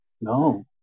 No